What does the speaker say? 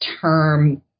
term